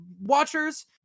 watchers